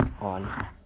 on